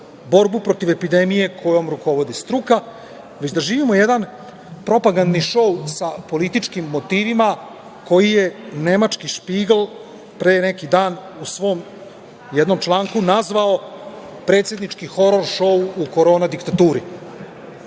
borbu protiv epidemije kojom rukovodi struka, već da živimo jedan propagandni šou sa političkim motivima koji je nemački „Špigl“ pre neki dan u svom jednom članku nazvao predsednički horor šou u Korona diktaturi. Posledice